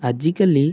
ଆଜିକାଲି